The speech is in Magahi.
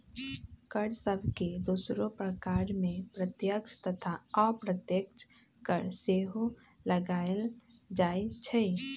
कर सभके दोसरो प्रकार में प्रत्यक्ष तथा अप्रत्यक्ष कर सेहो लगाएल जाइ छइ